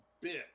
bit